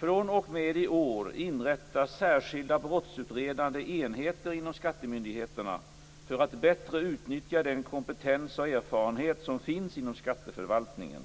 fr.o.m. i år inrättas särskilda brottsutredande enheter inom skattemyndigheterna för att bättre utnyttja den kompetens och erfarenhet som finns inom skatteförvaltningen.